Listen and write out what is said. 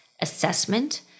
assessment